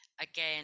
again